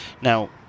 Now